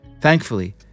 Thankfully